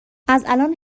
ازالان